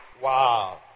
wow